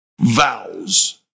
vows